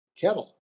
kettle